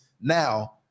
now